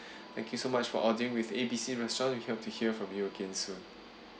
thank you so much for ordering with A B C restaurant we hope to hear from you again soon